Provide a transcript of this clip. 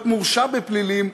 להיות מורשע בפלילים,